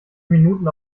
minuten